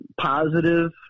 positive